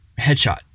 headshot